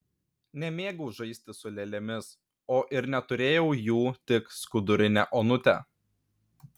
nemėgau žaisti su lėlėmis o ir neturėjau jų tik skudurinę onutę